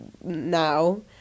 now